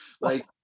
Like-